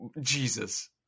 Jesus